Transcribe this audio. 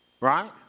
Right